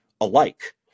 alike